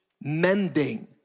mending